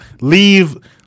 Leave